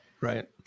Right